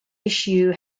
issue